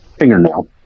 Fingernail